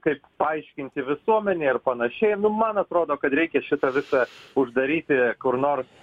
kaip paaiškinti visuomenei ar panašiai nu man atrodo kad reikia šitą visą uždaryti kur nors